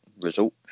result